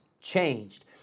changed